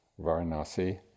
Varanasi